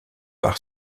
par